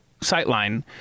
sightline